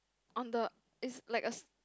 on the it's like a